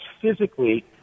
physically